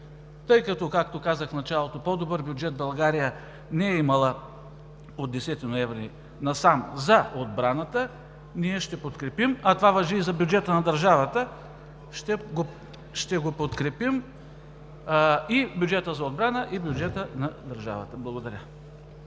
България. Както казах в началото, по-добър бюджет България не е имала от 10 ноември насам за отбраната, ние ще го подкрепим, а това важи и за бюджета на държавата. Ще го подкрепим и бюджета за отбрана, и бюджета на държавата. Благодаря.